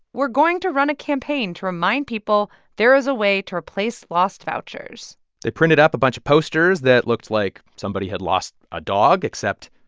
we're going to run a campaign to remind people there is a way to replace lost vouchers they printed up a bunch of posters that looked like somebody had lost a dog, except,